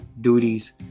duties